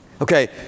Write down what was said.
Okay